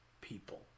people